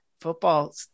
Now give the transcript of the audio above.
football